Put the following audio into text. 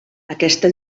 aquesta